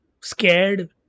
scared